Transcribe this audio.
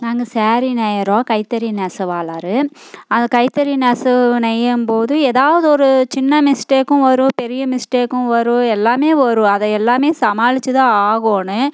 நாங்கள் ஸேரி நெய்கிறோம் கைத்தறி நெசவாளர் அது கைத்தறி நெசவு நெய்யும் போது ஏதாவது ஒரு சின்ன மிஸ்டேக்கும் வரும் பெரிய மிஸ்டேக்கும் வரும் எல்லாமே வரும் அதை எல்லாமே சமாளித்து தான் ஆகணும்